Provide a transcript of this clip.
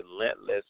relentless